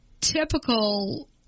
typical